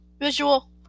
visual